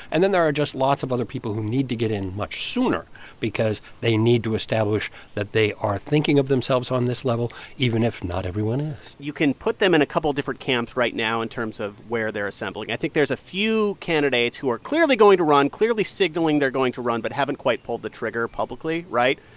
and then there are just lots of other people who need to get in much sooner because they need to establish that they are thinking of themselves on this level even if not everyone is you can put them in a couple different camps right now in terms of where they're assembling. i think there's a few candidates who are clearly going to run, clearly signaling they're going to run, but haven't quite pulled the trigger publicly, right?